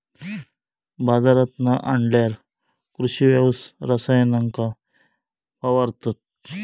बाजारांतना आणल्यार कृषि रसायनांका फवारतत